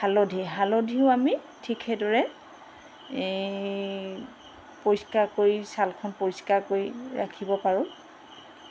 হালধি হালধিও আমি ঠিক সেইদৰে এই পৰিষ্কাৰ কৰি ছালখন পৰিষ্কাৰ কৰি ৰাখিব পাৰোঁ